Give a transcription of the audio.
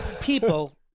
people